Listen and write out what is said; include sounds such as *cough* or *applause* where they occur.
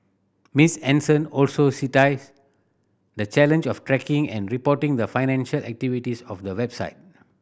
Miss Henson also *unintelligible* the challenge of tracking and reporting the financial activities of the website